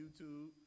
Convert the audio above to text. YouTube